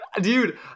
dude